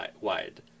wide